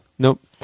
Nope